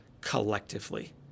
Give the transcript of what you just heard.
collectively